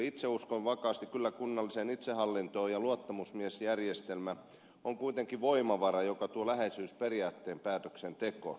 itse uskon kyllä vakaasti kunnalliseen itsehallintoon ja luottamusmiesjärjestelmä on kuitenkin voimavara joka tuo läheisyysperiaatteen päätöksentekoon